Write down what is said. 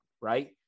right